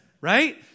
right